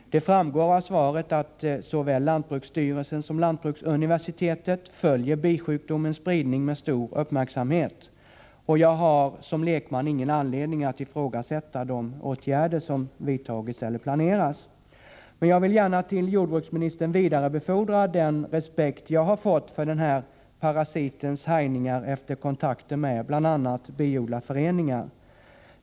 Det framgår av svaret att såväl lantbruksstyrelsen som lantbruksuniversitetet följer bisjukdomens spridning med stor uppmärksamhet. Jag har som lekman ingen anledning att ifrågasätta de åtgärder som vidtagits eller planeras. Men jag vill gärna till jordbruksministern vidarebefordra den respekt jag efter kontakter med bl.a. biodlarföreningar har fått för den här parasitens härjningar.